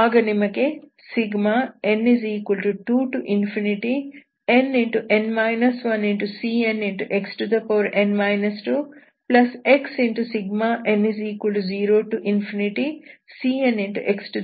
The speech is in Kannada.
ಆಗ ನಿಮಗೆ n2ncnxn 2xn0cnxn0